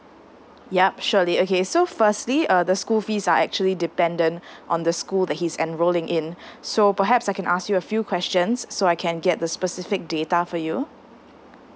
yup surely okay so firstly uh the school fees are actually dependent on the school that he's enrolling in so perhaps I can ask you a few questions so I can get the specific data for you